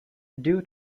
due